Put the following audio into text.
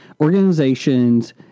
organizations